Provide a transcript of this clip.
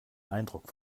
eindruck